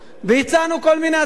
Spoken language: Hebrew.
והצענו כל מיני הצעות,